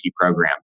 program